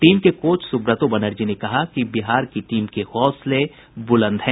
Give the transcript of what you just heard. team के coach Subrato Banerjee ने कहा कि बिहार की टीम के हौसले बुलंद हैं